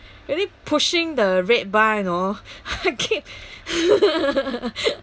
really pushing the red bar you know I ca~